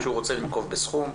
כשהוא רוצה לנקוב בסכום,